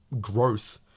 growth